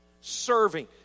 serving